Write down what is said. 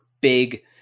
big